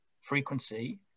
frequency